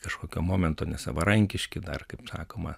kažkokiu momentu nesavarankiški dar kaip sakoma